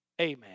Amen